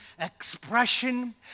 expression